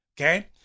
Okay